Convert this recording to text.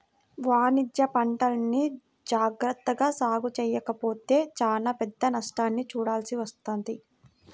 వాణిజ్యపంటల్ని జాగర్తగా సాగు చెయ్యకపోతే చానా పెద్ద నష్టాన్ని చూడాల్సి వత్తది